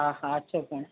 हा हा अचो भेण